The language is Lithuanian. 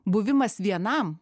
buvimas vienam